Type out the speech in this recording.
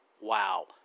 Wow